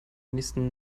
nächsten